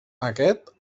aquest